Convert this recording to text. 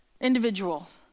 individuals